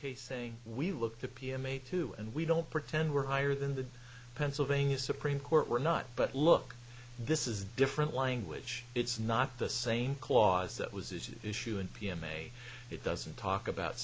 case saying we looked at p m a two and we don't pretend we're higher than the pennsylvania supreme court we're not but look this is different language it's not the same clause that was it issue in p m a it doesn't talk about